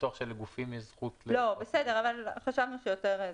חשבנו שזה יותר מתאים.